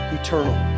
eternal